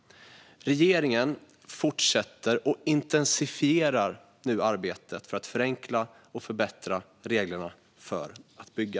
Regeringen fortsätter och intensifierar nu arbetet för att förenkla och förbättra reglerna för att bygga.